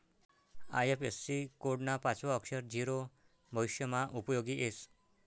IFSC code ना पाचवं अक्षर झीरो भविष्यमा उपयोगी येस